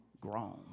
grown